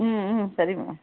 ಹ್ಞೂ ಹ್ಞೂ ಸರಿ ಮೇಡಮ್